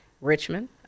richmond